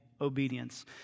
obedience